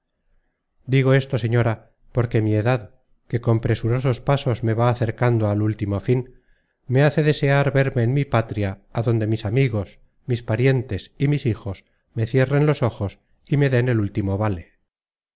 digo esto señora porque mi edad que con presurosos pasos me va acercando al último fin me hace desear verme en mi patria adonde mis amigos mis parientes y mis hijos me cierren los ojos y me dén el último vale